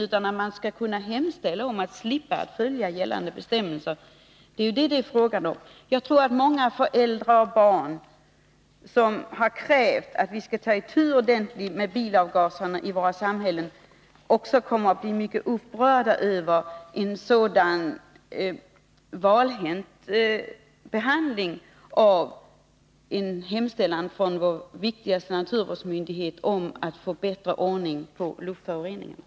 Biltillverkarna skall kunna hemställa om att få slippa att följa gällande bestämmelser — det är vad det är fråga Jag tror att många föräldrar och barn, som har krävt att vi ordentligt skall ta itu med frågan om bilavgaserna i våra samhällen, också kommer att bli mycket upprörda över en sådan valhänt behandling av en hemställan från vår viktigaste naturvårdsmyndighet om att få bättre ordning på luftföroreningarna.